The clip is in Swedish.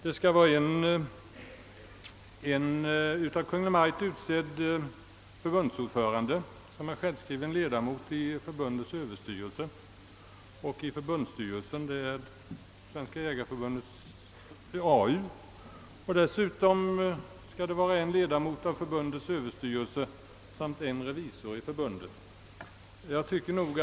Där skall finnas en av Kungl. Maj:t utsedd förbundsordförande, som är självskriven ledamot av förbundets överstyrelse och av förbundsstyrelsen, d.v.s. Svenska jägareförbundets arbetsutskott. På samma sätt skall ytterligare en ledamot av förbundets överstyrelse samt en revisor i förbundet tillsättas.